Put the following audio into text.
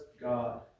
God